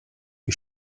wie